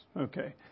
okay